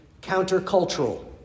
countercultural